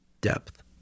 Depth